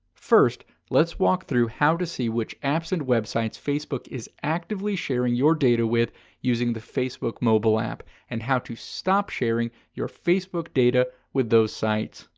first, let's walk through how to see which apps and websites facebook is actively sharing your data with using the facebook mobile app, and how to stop sharing your facebook data with those sites.